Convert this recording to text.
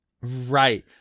Right